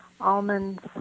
Almonds